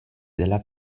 della